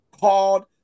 called